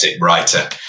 writer